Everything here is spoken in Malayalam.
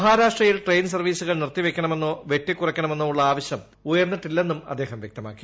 മഹാരാഷ്ട്രയിൽ് ട്രെയിൻ സർവിസുകൾ നിർത്തിവയ്ക്കണമെന്നോ വെട്ടിക്കുറയ്ക്കണമെന്നോ ഉള്ള ആവശ്യം ഉയർന്നിട്ടില്ലെന്നും അദ്ദേഹം വൃക്തമാക്കി